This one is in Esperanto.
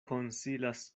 konsilas